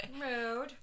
Rude